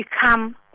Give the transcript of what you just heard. become